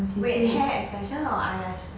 wait hair extension or eyelash